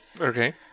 Okay